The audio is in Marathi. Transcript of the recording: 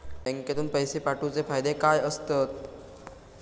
बँकेतून पैशे पाठवूचे फायदे काय असतत?